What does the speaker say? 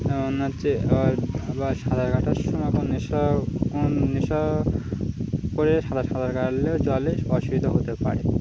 মানে হচ্ছে আর আবার সাঁতার কাটার সময় এখন নেশা নেশা করে সাঁতার কাটলে জলে অসুবিধা হতে পারে